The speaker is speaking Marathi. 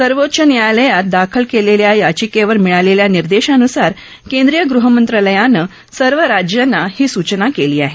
सर्वोच्च न्यायालयात दाखल झालेल्या याचिकेवर मिळालेल्या निर्देशानुसार केंद्रीय गृहमंत्रालयानं सर्व राज्यांना ही सूचना केली आहे